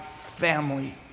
family